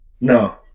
No